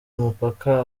umupaka